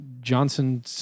johnson